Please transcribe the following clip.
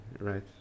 right